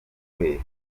bose